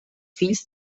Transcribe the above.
fills